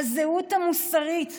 הזהות המוסרית,